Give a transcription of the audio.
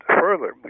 further